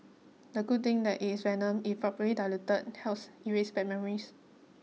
the good thing that it's venom if properly diluted helps erase bad memories